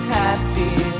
happy